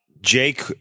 Jake